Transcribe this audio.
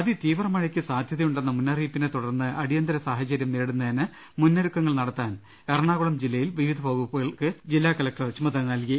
അതിതീവ്ര മഴയ്ക്ക് സാധ്യതയുണ്ടെന്ന മുന്നറിയിപ്പിനെ തുടർന്ന് അടിയന്തര സാഹചര്യം നേരിടുന്നതിന് മുന്നൊരുക്കങ്ങൾ നടത്താൻ എറണാകുളം ജില്ലയിൽ വിവിധ വകുപ്പുകൾക്ക് ചുമതലകൾ നൽകി